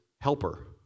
helper